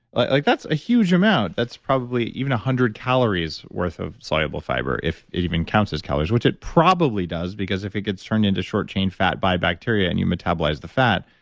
like like that's a huge amount, that's probably even a hundred calories worth of soluble fiber, if it even counts as calories, which it probably does, because if it gets turned into short chain fat by bacteria and you metabolize the fat,